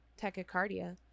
tachycardia